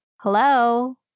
Hello